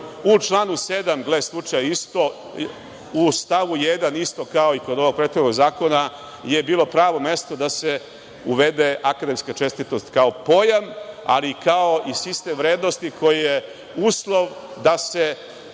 u članu 7. gle slučaja, isto, u stavu 1. isto kao i kod ovog prethodnog zakona je bilo pravo mesto da se uvede akademska čestitost kao pojam, ali i kao sistem vrednosti koje je uslov da se